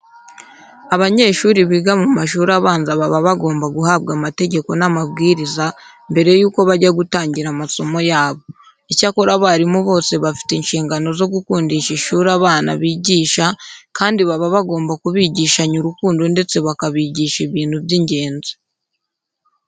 Abanyeshuri biga mu mashuri abanza baba bagomba guhabwa amategeko n'amabwiriza mbere yuko bajya gutangira amasomo yabo. Icyakora abarimu bose bafite inshingano zo gukundisha ishuri abana bigisha kandi baba bagomba kubigishanya urukundo ndetse bakabigisha ibintu by'ingenzi.